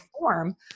form